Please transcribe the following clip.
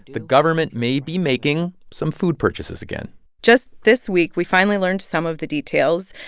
the government may be making some food purchases again just this week, we finally learned some of the details.